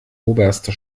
oberste